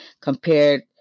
compared